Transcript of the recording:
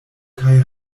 kaj